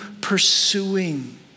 pursuing